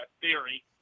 theory